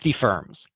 firms